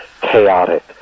chaotic